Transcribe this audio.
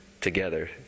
together